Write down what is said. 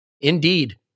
Indeed